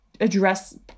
address